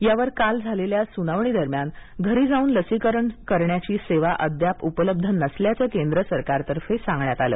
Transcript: यावर काल झालेल्या सुनावणीदरम्यान घरी जाऊन लसीकरण करण्याची सेवा अद्याप उपलब्ध नसल्याचं केंद्र सरकारतर्फे सांगण्यात आलं